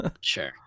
Sure